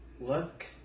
look